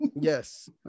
Yes